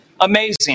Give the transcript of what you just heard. Amazing